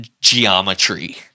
geometry